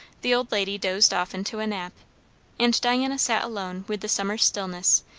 the old lady dozed off into a nap and diana sat alone with the summer stillness,